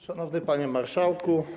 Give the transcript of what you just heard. Szanowny Panie Marszałku!